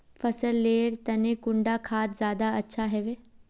फसल लेर तने कुंडा खाद ज्यादा अच्छा हेवै?